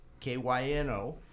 KYNO